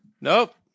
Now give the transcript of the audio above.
Nope